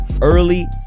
early